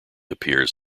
appears